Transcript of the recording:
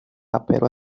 rapero